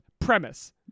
premise